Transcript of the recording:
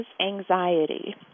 anxiety